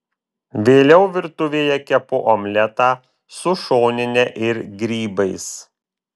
vėliau virtuvėje kepu omletą su šonine ir grybais